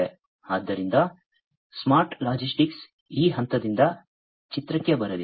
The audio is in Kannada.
ಆದ್ದರಿಂದ ಸ್ಮಾರ್ಟ್ ಲಾಜಿಸ್ಟಿಕ್ಸ್ ಈ ಹಂತದಿಂದ ಚಿತ್ರಕ್ಕೆ ಬರಲಿದೆ